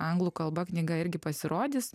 anglų kalba knyga irgi pasirodys